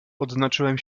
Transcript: odznaczyłem